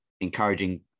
encouraging